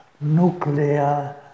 nuclear